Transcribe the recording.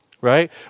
right